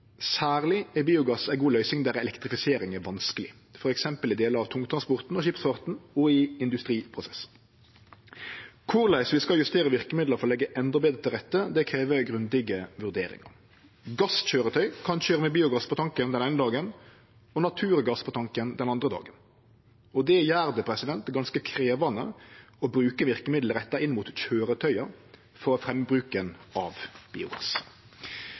Særleg er biogass ei god løysing der elektrifisering er vanskeleg, f.eks. i delar av tungtransporten og skipsfarten og i industriprosessen. Korleis vi skal justere verkemidla for å leggje endå betre til rette, krev grundige vurderingar. Gasskøyretøy kan køyre med biogass på tanken den eine dagen og naturgass på tanken den andre dagen, og det gjer det ganske krevjande å bruke verkemiddel retta inn mot køyretøya for å fremje bruken av biogass.